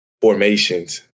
formations